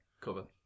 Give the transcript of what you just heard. cover